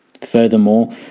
Furthermore